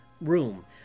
room